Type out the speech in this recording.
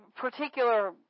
particular